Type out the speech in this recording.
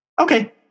okay